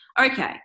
okay